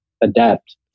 adapt